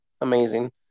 amazing